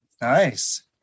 Nice